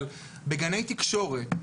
אבל בגני תקשורת,